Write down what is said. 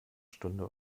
stunde